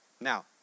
Now